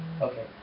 Okay